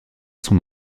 son